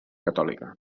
catòlica